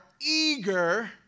eager